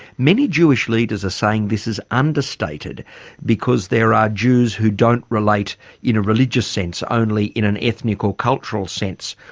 many jewish leaders are saying this is understated because there are jews who don't relate in a religious sense, only in an ethnic or cultural sense.